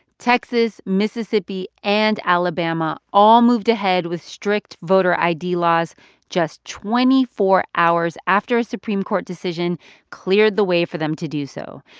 texas, mississippi and alabama all moved ahead with strict voter id laws just twenty four hours after a supreme court decision cleared the way for them to do so.